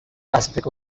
pacific